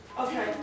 Okay